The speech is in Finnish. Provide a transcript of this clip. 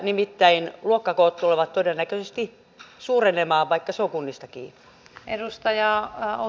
nimittäin luokkakoot tulevat todennäköisesti suurenemaan vaikka se on kunnista kiinni